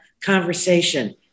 conversation